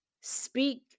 Speak